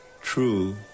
true